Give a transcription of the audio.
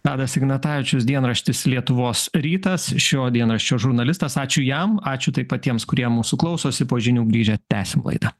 tadas ignatavičius dienraštis lietuvos rytas šio dienraščio žurnalistas ačiū jam ačiū taip pat tiems kurie mūsų klausosi po žinių grįžę tęsim laidą